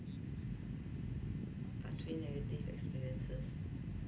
part three negative experiences